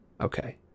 okay